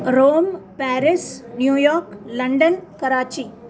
Rome Paris New York London Karachi